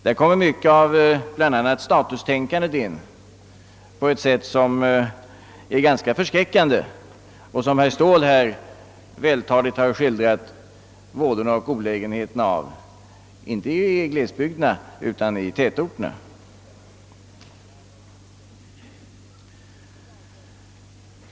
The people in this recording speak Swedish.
Här kommer bl.a. mycket av statustänkande in på ett sätt som är tämligen förskräckande. Herr Ståhl har vältaligt skildrat vådorna och olägenheterna därav inte bara för glesbygderna utan också för tätorterna.